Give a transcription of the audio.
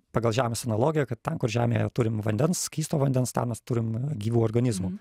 pagal žemės analogiją kad ten kur žemėje turim vandens skysto vandens ten mes turim gyvų organizmų